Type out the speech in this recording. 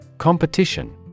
Competition